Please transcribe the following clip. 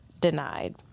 denied